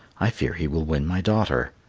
i fear he will win my daughter.